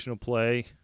play